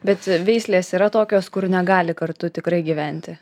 bet veislės yra tokios kur negali kartu tikrai gyventi